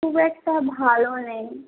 খুব একটা ভালো নেই